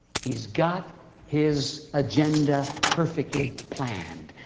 he's got his agenda perfectly planned,